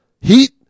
heat